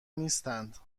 نیستند